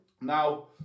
Now